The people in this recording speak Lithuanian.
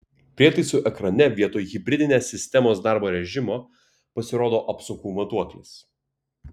prietaisų ekrane vietoj hibridinės sistemos darbo režimo pasirodo apsukų matuoklis